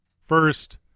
First